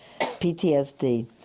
PTSD